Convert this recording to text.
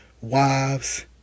wives